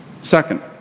Second